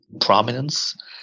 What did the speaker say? prominence